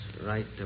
right